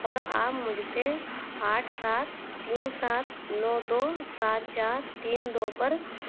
اور آپ مجھ سے آٹھ سات تین سات نو دو سات چار تین دو پر